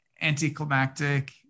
anticlimactic